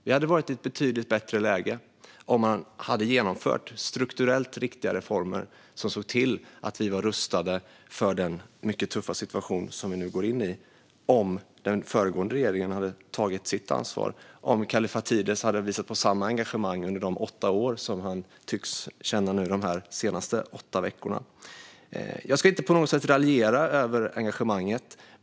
Vi hade varit i ett betydligt bättre läge om man hade genomfört strukturellt riktiga reformer som såg till att vi var rustade för den mycket tuffa situation som vi nu går in i och om den föregående regeringen hade tagit sitt ansvar och om Markus Kallifatides hade visat samma engagemang under de tidigare åtta åren som han tycks ha känt under de senaste åtta veckorna. Jag ska inte på något sätt raljera över engagemanget.